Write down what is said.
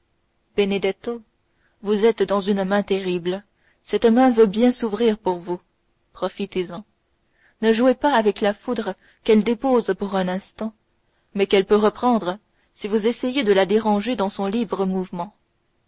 benedetto vous êtes dans une main terrible cette main veut bien s'ouvrir pour vous profitez-en ne jouez pas avec la foudre qu'elle dépose pour un instant mais qu'elle peut reprendre si vous essayez de la déranger dans son libre mouvement